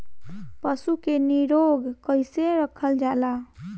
पशु के निरोग कईसे रखल जाला?